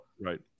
Right